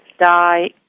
die